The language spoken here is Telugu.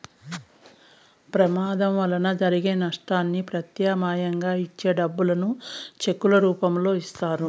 ప్రమాదం వలన జరిగిన నష్టానికి ప్రత్యామ్నాయంగా ఇచ్చే డబ్బులను చెక్కుల రూపంలో ఇత్తారు